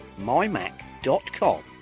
mymac.com